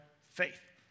faith